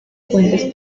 fuentes